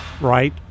right